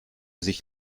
sich